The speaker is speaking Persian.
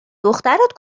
دخترت